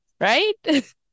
right